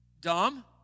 dumb